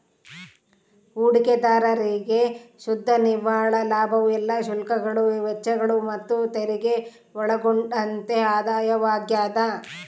ಹೂಡಿಕೆದಾರ್ರಿಗೆ ಶುದ್ಧ ನಿವ್ವಳ ಲಾಭವು ಎಲ್ಲಾ ಶುಲ್ಕಗಳು ವೆಚ್ಚಗಳು ಮತ್ತುತೆರಿಗೆ ಒಳಗೊಂಡಂತೆ ಆದಾಯವಾಗ್ಯದ